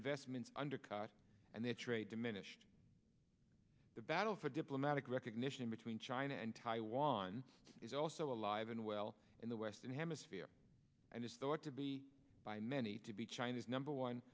investments undercut and their trade diminished the battle for diplomatic recognition between china and taiwan is also alive and well in the western hemisphere and is thought to be by many to be china's number one